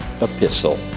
epistle